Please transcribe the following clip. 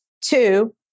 Two